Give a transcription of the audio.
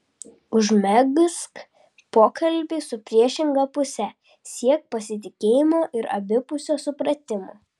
užmegzk pokalbį su priešinga puse siek pasitikėjimo ir abipusio supratimo